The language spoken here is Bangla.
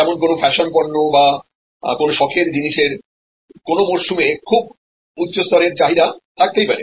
যেমন কোন ফ্যাশন পণ্য বা কোন শখের জিনিসের কোন মরশুমে খুব উচ্চস্তরের চাহিদা থাকতেই পারে